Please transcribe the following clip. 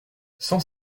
cent